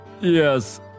Yes